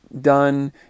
done